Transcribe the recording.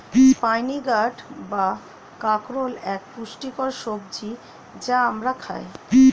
spiny gourd বা কাঁকরোল এক পুষ্টিকর সবজি যা আমরা খাই